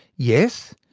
yes,